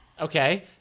Okay